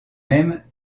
mêmes